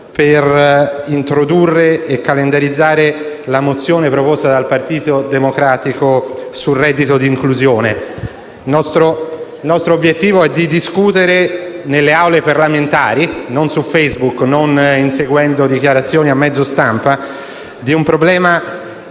per introdurre e calendarizzare la mozione proposta dal Partito Democratico sul reddito di inclusione. Il nostro obiettivo è di discutere nelle Aule parlamentari, non su Facebook e non inseguendo dichiarazioni a mezzo stampa, di un problema